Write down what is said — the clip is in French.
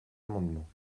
amendement